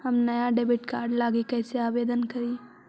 हम नया debit card लागी कईसे आवेदन करी?